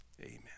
Amen